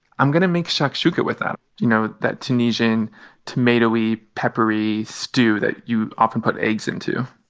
i'm going to make shakshuka with that you know, that tunisian tomato-y, peppery stew that you often put eggs into.